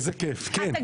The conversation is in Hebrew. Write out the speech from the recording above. בבקשה.